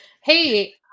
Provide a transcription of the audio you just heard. Hey